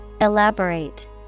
Elaborate